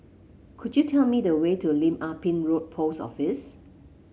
could you tell me the way to Lim Ah Pin Road Post Office